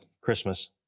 Christmas